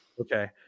Okay